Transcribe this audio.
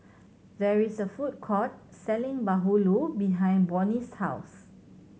there is a food court selling bahulu behind Bonny's house